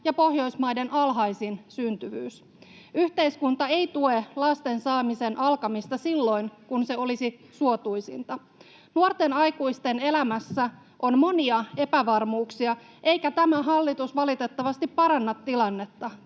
ja Pohjoismaiden alhaisin syntyvyys. Yhteiskunta ei tue lasten saamisen alkamista silloin, kun se olisi suotuisinta. Nuorten aikuisten elämässä on monia epävarmuuksia, eikä tämä hallitus valitettavasti paranna tilannetta: